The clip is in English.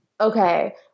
Okay